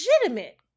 legitimate